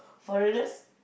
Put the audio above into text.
foreigners